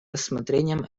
рассмотрением